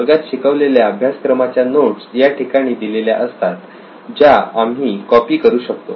वर्गात शिकवलेल्या अभ्यासक्रमाच्या नोट्स या ठिकाणी दिलेल्या असतात ज्या आम्ही कॉपी करू शकतो